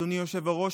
אדוני היושב-ראש,